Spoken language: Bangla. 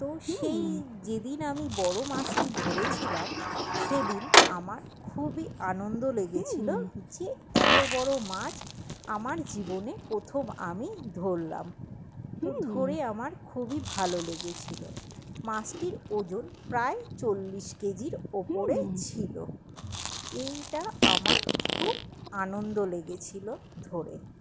তো সেই যে দিন আমি বড়ো মাছটি ধরেছিলাম সেদিন আমার খুবই আনন্দ লেগেছিলো যে এতো বড়ো মাছ আমার জীবনে প্রথম আমি ধরলাম তো ধরে আমার খুবই ভালো লেগেছিলো মাছটির ওজন প্রায় চল্লিশ কেজির ওপরে ছিলো এইটা আমার খুব আনন্দ লেগেছিলো ধরে